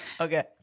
okay